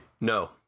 no